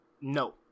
No